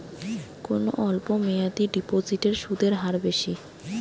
কোন অল্প মেয়াদি ডিপোজিটের সুদের হার বেশি?